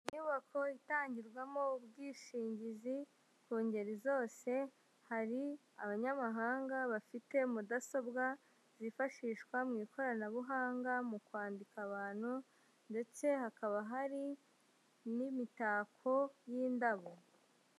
Inyubako itangirwamo ubwishingizi ku ngeri zose, hari abanyamahanga bafite mudasobwa zifashishwa mu ikoranabuhanga mu kwandika abantu ndetse hakaba hari n'imitako y'indabo.